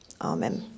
amen